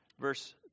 verse